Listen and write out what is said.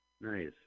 Nice